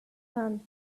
man